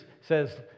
says